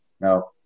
no